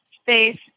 space